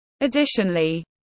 Additionally